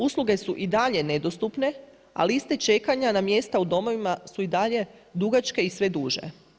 Usluge su i dalje nedostupne, a liste čekanja, na mjesta u domovima su i dalje dugačke i sve duže.